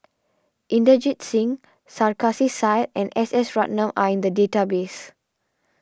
Inderjit Singh Sarkasi Said and S S Ratnam are in the database